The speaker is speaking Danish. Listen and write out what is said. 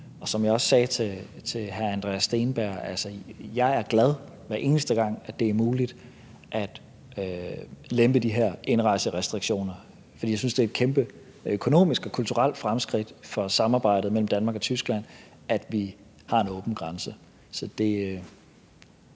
Og som jeg også sagde til hr. Andreas Steenberg, er jeg glad, hver eneste gang det er muligt at lempe de her indrejserestriktioner, for jeg synes, det er et kæmpe økonomisk og kulturelt fremskridt for samarbejdet mellem Danmark og Tyskland, at vi har en åben grænse.